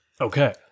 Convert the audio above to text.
Okay